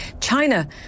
China